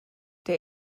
der